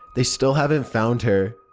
they still haven't found her.